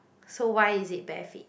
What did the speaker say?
so why is it bare feet